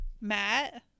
Matt